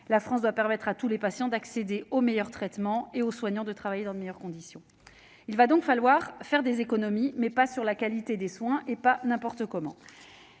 la France doit permettre à tous les patients d'accéder au meilleur traitement et aux soignants de travailler dans les meilleures conditions. Il faudra donc faire des économies, mais pas en matière de qualité des soins et pas n'importe comment.